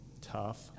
Tough